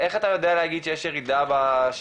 איך אתה יודע להגיד שיש ירידה בשימוש?